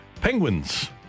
Penguins